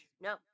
no